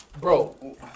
Bro